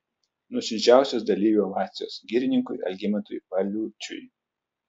nuoširdžiausios dalyvių ovacijos girininkui algimantui paliučiui